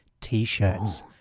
T-shirts